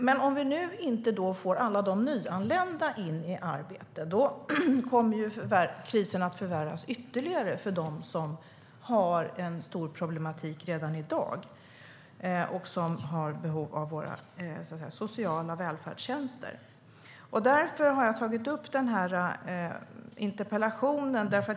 Men om vi inte får alla de nyanlända in i arbete kommer ju krisen att förvärras ytterligare för dem som har stora problem redan i dag och som har behov av våra sociala välfärdstjänster. Därför har jag ställt den här interpellationen.